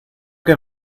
que